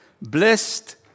Blessed